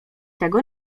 tego